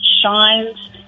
shines